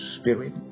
Spirit